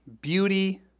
beauty